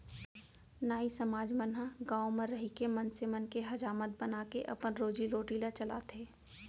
नाई समाज मन ह गाँव म रहिके मनसे मन के हजामत बनाके अपन रोजी रोटी ल चलाथे